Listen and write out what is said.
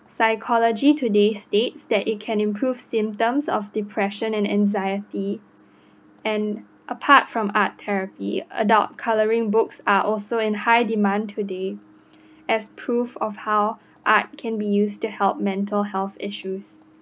psychology today states that it can improve symptoms of depression and anxiety and apart from art therapy adult colouring books are also in high demand today as proof of how art can be used to help mental health issues